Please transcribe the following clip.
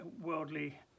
worldly